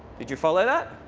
did you follow that?